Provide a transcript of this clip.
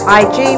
ig